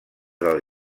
del